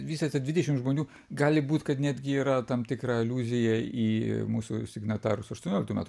visą tą dvidešim žmonių gali būt kad netgi yra tam tikra aliuzija į mūsų signatarus aštuonioliktų metų